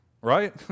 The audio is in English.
right